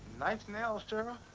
nice nails, cheryl.